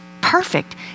perfect